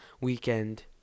weekend